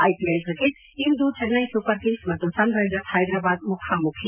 IPL cricket ಇಂದು Chennai Super Kings ಮತ್ತು Sunrisers Hyderabad ಮುಖಾಮುಖಿ